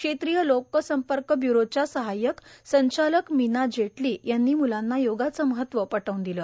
क्षेत्रिय लोकसंपर्क व्युरोच्या सहाय्यक संचालक मीना जेटली यांनी मुलांना योगाचं महत्व पटवून दिलं